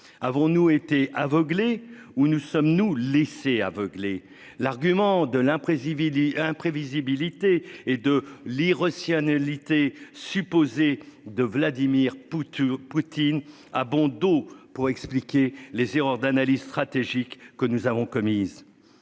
avons-nous été aveuglé où nous sommes nous laisser aveugler. L'argument de l'imprécis Vidy imprévisibilité et de l'irrationnel IT supposée de Vladimir Poutine, Poutine a bon dos pour expliquer les erreurs d'analyse stratégique que nous avons commises.